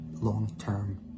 long-term